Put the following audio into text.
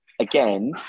again